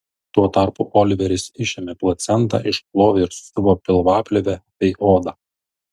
tuo tarpu oliveris išėmė placentą išplovė ir susiuvo pilvaplėvę bei odą